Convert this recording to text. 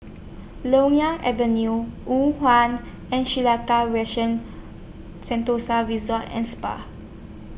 Loyang Avenue and Sentosa Resort and Spa